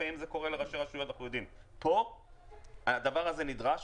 פה הדבר הזה נדרש,